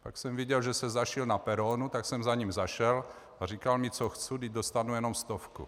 Pak jsem viděl, že se zašil na peronu, tak jsem za ním zašel, a říkal mi, co chci, vždyť dostanu jenom stovku!